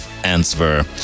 answer